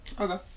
Okay